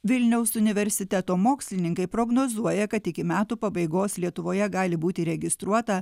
vilniaus universiteto mokslininkai prognozuoja kad iki metų pabaigos lietuvoje gali būti registruota